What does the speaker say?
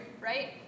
right